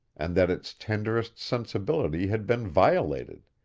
and that its tenderest sensibility had been violated,